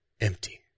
empty